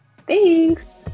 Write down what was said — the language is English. Thanks